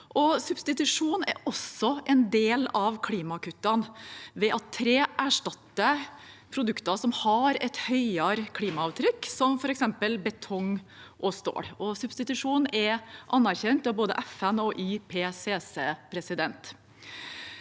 substitusjon er også en del av klimakuttene, ved at tre erstatter produkter som har et høyere klimaavtrykk, som f.eks. betong og stål. Substitusjon er anerkjent av både FN og IPCC, som